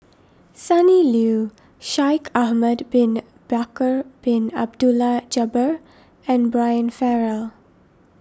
Sonny Liew Shaikh Ahmad Bin Bakar Bin Abdullah Jabbar and Brian Farrell